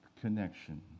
connection